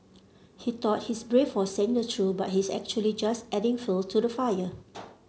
he thought he's brave for saying the truth but he's actually just adding fuel to the fire